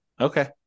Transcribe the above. Okay